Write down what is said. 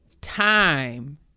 time